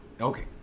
Okay